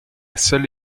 seule